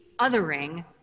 othering